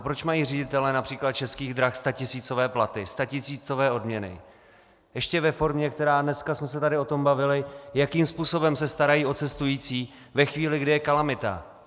Proč mají ředitelé například Českých drah statisícové platy, statisícové odměny a ještě ve formě, která dneska jsme se tady o tom bavili, jakým způsobem se starají o cestující ve chvíli, kdy je kalamita.